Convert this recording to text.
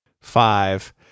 Five